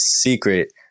secret